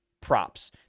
props